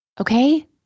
Okay